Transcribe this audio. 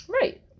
Right